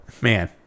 man